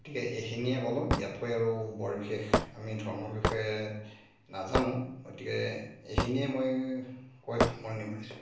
গতিকে এইখিনিয়েই ক'লোঁ ইয়াতকৈ আৰু বৰ বিশেষ আমি ধৰ্মৰ বিষয়ে নাজানো গতিকে এইখিনিয়েই মই কৈ সামৰণি মাৰিছোঁ